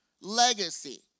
legacy